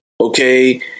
okay